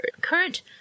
current